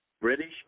British